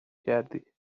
کردی